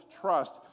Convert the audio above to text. trust